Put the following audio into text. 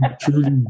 truly